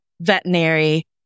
veterinary